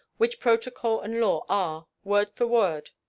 which protocol and law are, word for word,